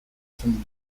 from